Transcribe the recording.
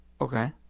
Okay